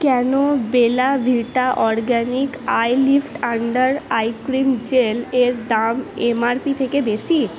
কেন Bella Vita organic eye lift under eye cream gel এর দাম এমআরপি থেকে বেশি